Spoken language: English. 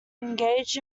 engaged